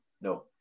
no